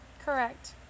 Correct